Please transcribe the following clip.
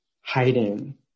hiding